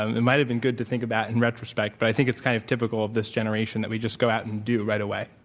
um it might have been good to think about in retrospect, but i think it's kind of typical of this generation that we just go out and do right away.